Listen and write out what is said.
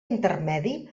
intermedi